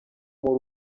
muri